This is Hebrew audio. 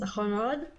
נכון מאוד.